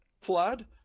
flood